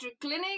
clinic